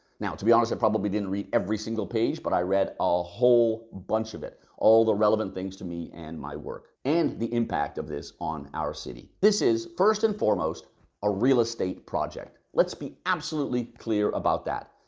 to be honest, i probably didn't read every single page but i read a whole bunch of it. all the relevant things to me and my work and the impact of this on our city. this is first and foremost a real estate project. let's be absolutely clear about that.